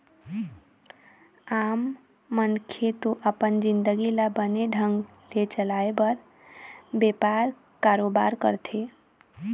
आम मनखे तो अपन जिंनगी ल बने ढंग ले चलाय बर बेपार, कारोबार करथे